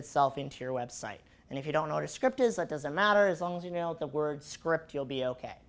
itself into your website and if you don't order script is that doesn't matter as long as you know the word script you'll be ok